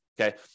Okay